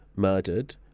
murdered